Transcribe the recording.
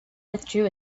withdrew